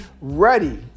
ready